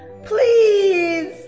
Please